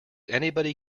anybody